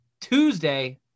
Tuesday